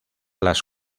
las